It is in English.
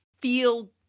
feel